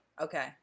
Okay